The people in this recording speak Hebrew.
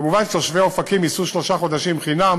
מובן שתושבי אופקים ייסעו שלושה חודשים חינם,